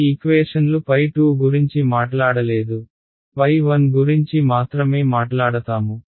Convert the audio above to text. ఈ ఈక్వేషన్లు 2 గురించి మాట్లాడలేదు 1 గురించి మాత్రమే మాట్లాడతాము